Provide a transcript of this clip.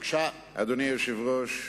אדוני היושב-ראש,